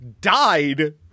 died